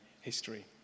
history